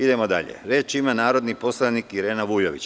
Idemo dalje, reč ima narodni poslanik Irena Vujović.